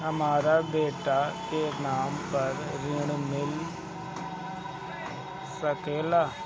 हमरा बेटा के नाम पर ऋण मिल सकेला?